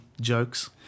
jokes